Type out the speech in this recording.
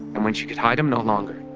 and when she could hide them no longer,